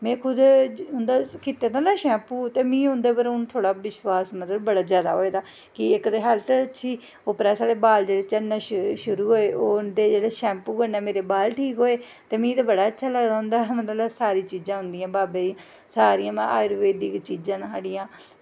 में उं'दा दित्ते दा ना शैंपू ते मिगी हून थोह्ड़ा विश्वास मतलब बड़ा जैदा होए दा कि इक ते हैल्थ अच्छी उप्परा दा बाल जेह्ड़े झड़ने शुरू होए उं'दे जेह्ड़े शैंपू कन्नै मेरे बाल जेह्ड़े ठीक होए ते मिगी ते मतलब बड़ा अच्छा लगदा उं'दी सारी चीजां बाबे दियां सारियां अयुर्वेदिक चीजां न साढ़ियां